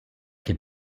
can